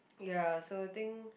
ya so I think